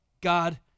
God